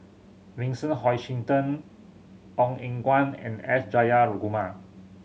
Vincent Hoisington Ong Eng Guan and S Jayakumar